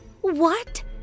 What